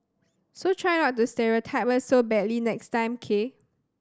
so try not to stereotype us so badly next time k